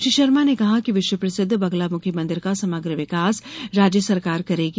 श्री शर्मा ने कहा कि विश्व प्रसिद्ध बगलामुखी मंदिर का समग्र विकास राज्य सरकार करेगी